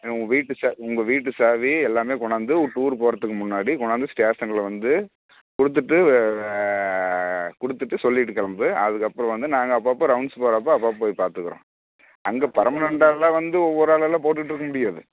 உங்கள் வீட்டு ச உங்கள் வீட்டு சாவி எல்லாமே கொண்டாந்து டூர் போறதுக்கு முன்னாடி கொண்டாந்து ஸ்டேஷனில் வந்து கொடுத்துட்டு ஆ கொடுத்துட்டு சொல்லிவிட்டு கிளம்பு அதுக்கப்புறம் வந்து நாங்கள் அப்பப்போ ரவுன்ஸ் போறப்போ அப்பப்போ போய் பார்த்துக்குறோம் அங்கே பர்மனண்ட்டாலாம் வந்து ஒவ்வொரு ஆளெல்லாம் போட்டுகிட்டு இருக்க முடியாது